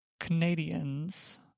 Canadians